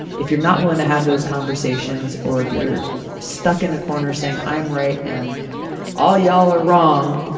if you're not willing to have those conversations or if you're stuck in a corner saying i'm right and all y'all are wrong,